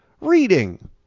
reading